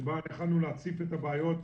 שבה יכולנו להציף את הבעיות,